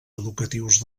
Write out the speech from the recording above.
educatius